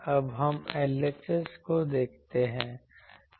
अब हम LHS को देखते हैं